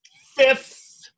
fifth